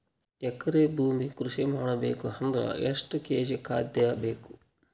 ಎಕರೆ ಭೂಮಿ ಕೃಷಿ ಮಾಡಬೇಕು ಅಂದ್ರ ಎಷ್ಟ ಕೇಜಿ ಖಾದ್ಯ ಬೇಕು?